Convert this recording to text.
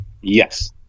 Yes